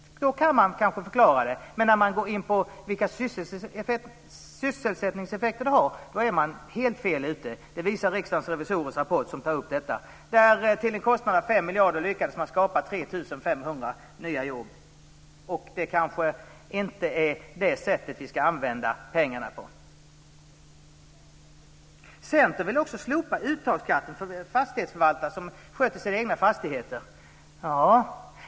Så kan man kanske förklara det. Men när man går in på vilka sysselsättningseffekter det har är man helt fel ute. Det visar Riksdagens revisorers rapport som tar upp detta. Till en kostnad av 5 miljarder lyckas man skapa 3 500 nya jobb. Det kanske inte är på det sättet vi ska använda pengarna. Centern vill också slopa uttagsskatten för fastighetsförvaltare som sköter sina egna fastigheter.